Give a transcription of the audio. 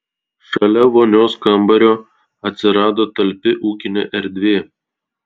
šalia vonios kambario atsirado talpi ūkinė erdvė